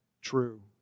true